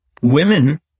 women